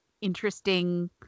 interesting